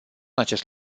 acest